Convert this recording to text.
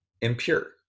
impure